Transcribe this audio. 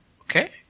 okay